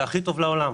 זה הטוב ביותר לעולם.